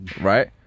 right